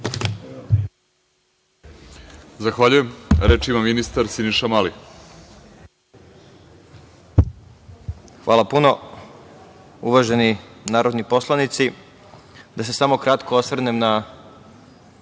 Zahvaljujem. Reč ima ministar Siniša Mali.